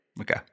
Okay